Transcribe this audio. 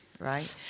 right